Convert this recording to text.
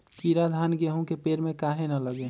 कीरा धान, गेहूं के पेड़ में काहे न लगे?